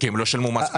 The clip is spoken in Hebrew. הם לא שילמו מס.